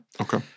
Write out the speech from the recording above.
Okay